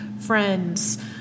friends